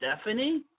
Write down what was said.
Stephanie